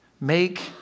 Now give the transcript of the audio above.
make